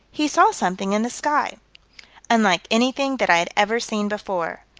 he saw something in the sky unlike anything that i had ever seen before.